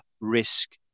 risk